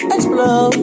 Explode